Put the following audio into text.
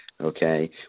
okay